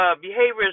behaviors